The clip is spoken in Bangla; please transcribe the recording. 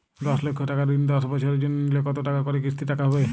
দশ লক্ষ টাকার ঋণ দশ বছরের জন্য নিলে কতো টাকা করে কিস্তির টাকা হবে?